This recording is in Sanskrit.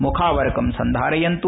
मुखावरकं सन्धारयन्तु